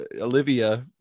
Olivia